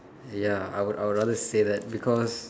ya I would I would rather say that because